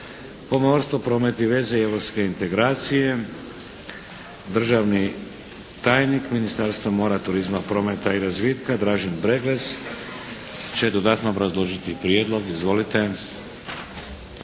pomorstvo, promet i veze i europske integracije. Državni tajnik Ministarstva mora, turizma, prometa i razvitka Dražen Breglec će dodatno obrazložiti prijedlog. Izvolite!